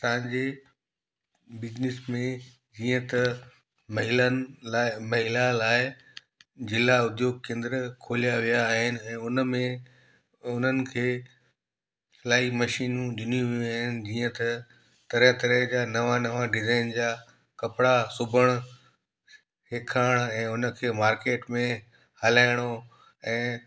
असांजी बिजनेस में हीअं त महिलन लाइ महिला लाइ ज़िला उद्योग केंद्र खुलिया विया आहिनि ऐं उन में उन्हनि खे इलाही मशीनियूं ॾिनी वयूं आहिनि जीअं त तरह तरह जा नवां नवां डिज़इन जा कपिड़ा सुबणु हे खणण ऐं उन खे मार्केट में हलाइणो ऐं